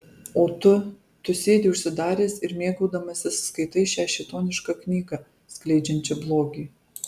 o tu tu sėdi užsidaręs ir mėgaudamasis skaitai šią šėtonišką knygą skleidžiančią blogį